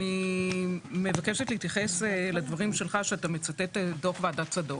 אני מבקשת להתייחס לדברים שלך שאתה מצטט דוח ועדת צדוק.